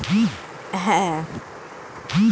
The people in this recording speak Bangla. ভারত দেশে কাশ্মীরে এবং আলাদা পাহাড়ি এলাকায় ভেড়া চাষ হয়